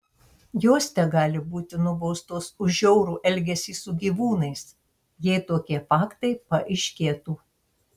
jos tegali būti nubaustos už žiaurų elgesį su gyvūnais jei tokie faktai paaiškėtų